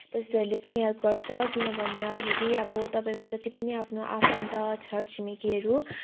त्यस्तोहरूले पनि हेल्प गर्छ किन भन्दाखेरि अब तपाईँको जत्ति पनि आफ्नो आफन्त छरछिमेकीहरू